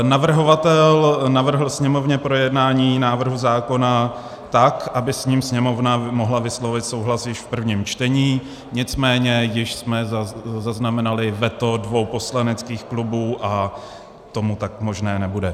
Navrhovatel navrhl Sněmovně projednání návrhu zákona tak, aby s ním Sněmovna mohla vyslovit souhlas již v prvním čtení, nicméně již jsme zaznamenali veto dvou poslaneckých klubu, a tak to možné nebude.